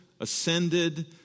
ascended